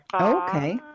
Okay